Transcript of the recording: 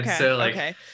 Okay